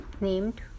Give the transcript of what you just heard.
named